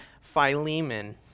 Philemon